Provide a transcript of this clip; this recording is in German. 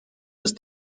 ist